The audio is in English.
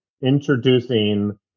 introducing